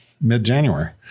mid-January